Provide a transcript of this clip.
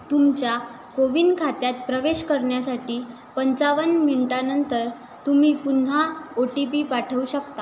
तुमच्या कोविन खात्यात प्रवेश करण्यासाठी पंचावन्न मिनिटानंतर तुम्ही पुन्हा ओटीपी पाठवू शकता